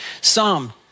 Psalm